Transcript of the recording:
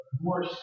more